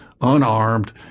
unarmed